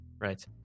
right